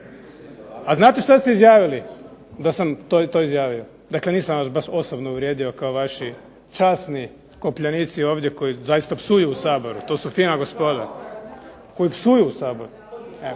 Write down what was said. A znate što ste izjavili da sam to izjavio, dakle vas baš osobno uvrijedio kao vaši časni kopljenici ovdje koji zaista psuju u Saboru, to su fina gospoda. Koji psuju u Saboru.